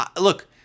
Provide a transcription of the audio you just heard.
look